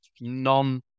non